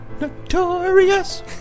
Notorious